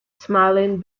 smiling